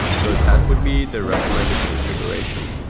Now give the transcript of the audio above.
so that would be the recommended configuration.